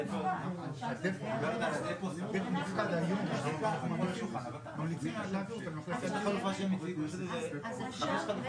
הדבר שהוא לא עוסק זה בתחום המורשת ובתחום המורשת הבנויה.